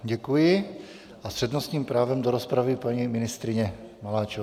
Děkuji a s přednostním právem do rozpravy paní ministryně Maláčová.